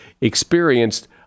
experienced